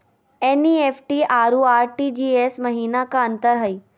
NEFT अरु RTGS महिना का अंतर हई?